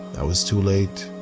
was too late.